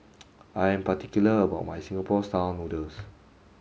I am particular about my Singapore style noodles